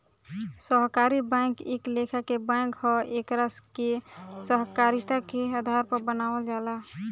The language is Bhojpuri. सहकारी बैंक एक लेखा के बैंक ह एकरा के सहकारिता के आधार पर बनावल जाला